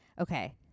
Okay